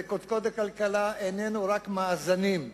ואיננו רק מאזנים.